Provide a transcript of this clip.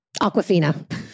aquafina